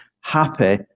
happy